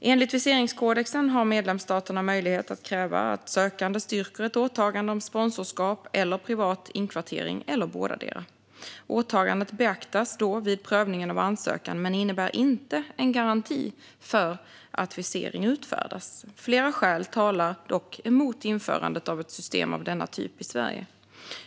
Enligt viseringskodexen har medlemsstaterna möjlighet att kräva att sökande styrker ett åtagande om sponsorskap, privat inkvartering eller bådadera. Åtagandet beaktas då vid prövningen av ansökan men innebär inte en garanti för att visering utfärdas. Flera skäl talar dock emot införandet av ett system av denna typ i Sverige.